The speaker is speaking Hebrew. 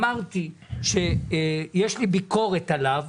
יש לי ביקורת עליו.